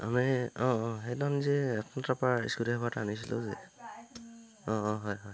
আমি অঁ অঁ স্কু ড্ৰাইভাৰটো আনিছিলোঁ যে অঁ অঁ হয় হয়